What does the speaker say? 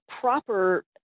proper